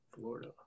Florida